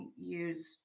use